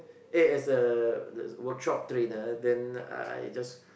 eh as a workshop trainer then I I just